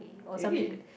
really